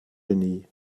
genie